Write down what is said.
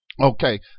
Okay